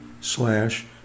slash